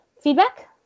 feedback